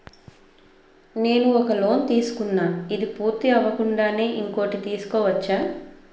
నేను ఒక లోన్ తీసుకున్న, ఇది పూర్తి అవ్వకుండానే ఇంకోటి తీసుకోవచ్చా?